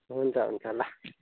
हुन्छ हुन्छ ल